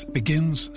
begins